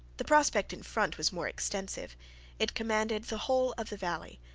the prospect in front was more extensive it commanded the whole of the valley,